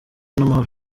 n’amahoro